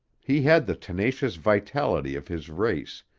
he had the tenacious vitality of his race,